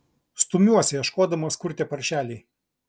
stumiuosi ieškodamas kur tie paršeliai